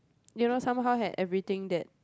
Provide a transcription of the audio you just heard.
you know somehow had everything that